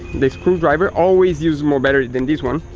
the screwdriver always use more battery than this one.